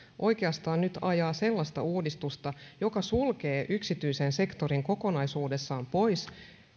oikeastaan nyt ajaa sellaista uudistusta joka sulkee yksityisen sektorin kokonaisuudessaan pois